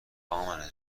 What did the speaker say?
امنه